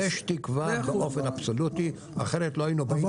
יש תקווה באופן אבסולוטי, אחרת לא היינו באים לפה.